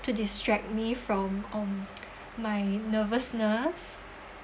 to distract me from um my nervousness